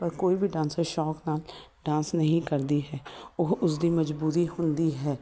ਪਰ ਕੋਈ ਵੀ ਡਾਂਸਰ ਸ਼ੌਕ ਨਾਲ ਡਾਂਸ ਨਹੀਂ ਕਰਦੀ ਹੈ ਉਹ ਉਸਦੀ ਮਜ਼ਬੂਰੀ ਹੁੰਦੀ ਹੈ